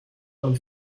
einem